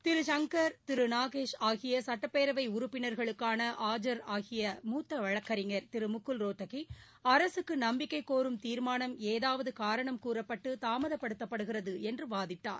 திரு R Shankar திரு H Nagesh ஆகிய சட்டப்பேரவை உறுப்பினர்களுக்காக ஆஜர் ஆகிய மூத்த வழக்கறிஞர் திரு முகுல் ரோத்தகி அரசக்கு நம்பிக்கை கோரும் தீர்மானம் ஏதாவது காரணம் கூறப்பட்டு தாமதப்படுத்தப்படுகிறது என்று வாதிட்டார்